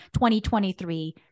2023